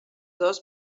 dos